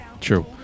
True